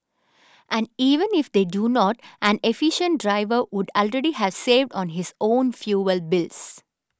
and even if they do not an efficient driver would already have saved on his own fuel bills